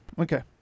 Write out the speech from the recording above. Okay